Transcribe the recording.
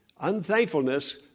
Unthankfulness